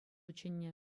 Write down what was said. чӗннӗ